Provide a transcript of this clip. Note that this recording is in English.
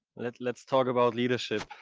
let's let's talk about leadership.